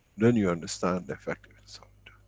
then you understand the effectiveness of it.